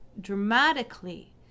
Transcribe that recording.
dramatically